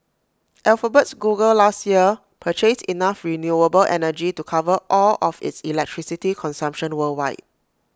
Alphabet's Google last year purchased enough renewable energy to cover all of its electricity consumption worldwide